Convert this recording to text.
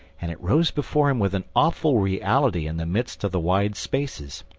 and it rose before him with an awful reality in the midst of the wide spaces,